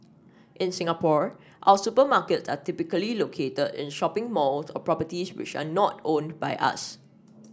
in Singapore our supermarkets are typically located in shopping malls or properties which are not owned by us